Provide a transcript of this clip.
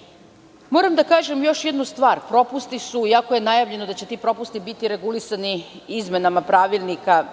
temi. Moram da kažem još jednu stvar. Propusti su, iako je najavljeno da će ti propusti biti regulisani izmenama pravilnika